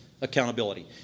accountability